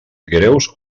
greus